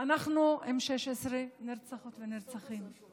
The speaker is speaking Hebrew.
אנחנו עם 16 נרצחות ונרצחים.